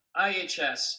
IHS